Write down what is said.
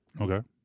Okay